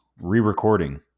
re-recording